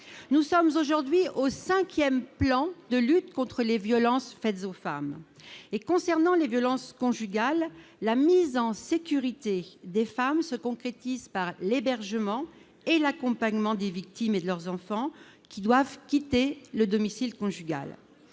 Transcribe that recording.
Nous en sommes aujourd'hui au cinquième plan de lutte contre les violences faites aux femmes. Concernant les violences conjugales, la mise en sécurité des femmes se concrétise par l'hébergement et l'accompagnement des victimes et de leurs enfants, qui doivent quitter le domicile conjugal.